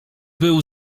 był